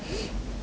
mm okay